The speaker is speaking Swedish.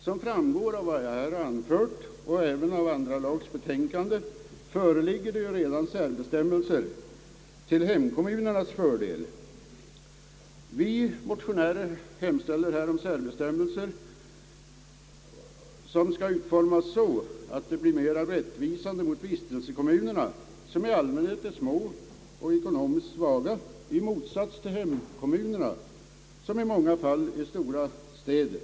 Som framgår av vad jag anfört, och även av andra lagutskottets betänkande, föreligger redan särbestämmelser till hemkommunernas fördel. Vi motionärer hemställer om särbestämmelser som skall utformas så, att de blir mera rättvisa mot vistelsekommunerna, som i allmänhet är små och ekonomiskt svaga i motsats till hemkommunerna, vilka i många fall är stora städer.